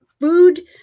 food